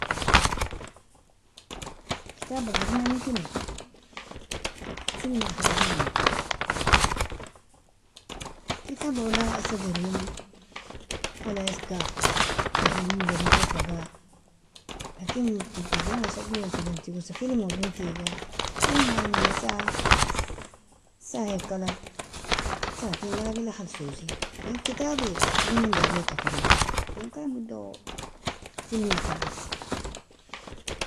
Kitaba girina nakini filmga hadrinagena, ketaba wala iska girimon wala iska fehmimo giriko fa ga, lakin telifisionga shaglosa noise tigosa film gonkiga film yani saeai kalag saatein galagila khalsosi lakin kitaba zaman daowkia firgi inenkaramido filmga fadils.